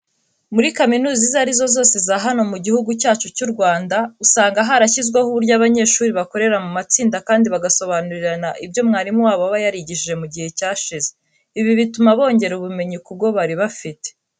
Muri kaminuza izo ari zo zose za hano mu gihugu cyacu cy'u Rwanda, usanga harashyizweho uburyo abanyeshuri bakorera mu matsinda kandi bagasobanurirana ibyo umwarimu wabo aba yarigishije mu gihe cyashize. Ibi bituma bongera ubumenyi ku bwo bari bafite.